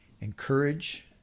encourage